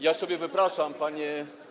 Ja sobie wypraszam, panie.